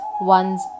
one's